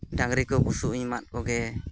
ᱰᱟᱝᱨᱤ ᱠᱚ ᱵᱩᱥᱩᱵ ᱤᱧ ᱮᱢᱟᱫ ᱠᱚᱜᱮ